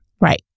Right